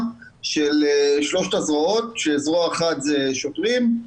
של שלושת הזרועות כאשר זרוע אחת היא שוטרים,